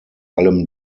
allem